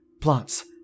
Plants